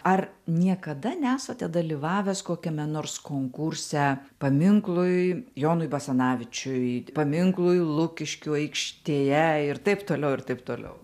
ar niekada nesate dalyvavęs kokiame nors konkurse paminklui jonui basanavičiui paminklui lukiškių aikštėje ir taip toliau ir taip toliau